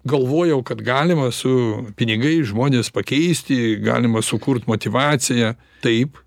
galvojau kad galima su pinigais žmones pakeisti galima sukurt motyvaciją taip